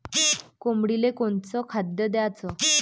कोंबडीले कोनच खाद्य द्याच?